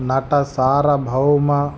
నట సార్వభౌమ